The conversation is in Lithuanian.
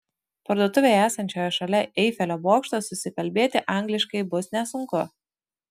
parduotuvėje esančioje šalia eifelio bokšto susikalbėti angliškai bus nesunku